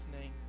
name